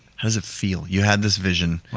how does it feel? you had this vision.